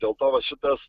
dėl to va šitas